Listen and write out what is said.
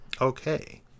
okay